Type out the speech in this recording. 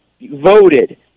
voted